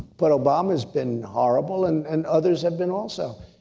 but obama has been horrible and and others have been, also.